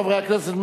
חברי הכנסת,